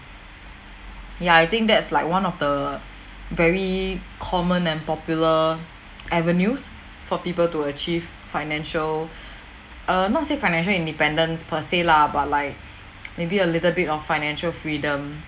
ya I think that's like one of the very common and popular avenues for people to achieve financial err not say financial independence per se lah but like maybe a little bit of financial freedom